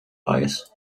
bias